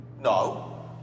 No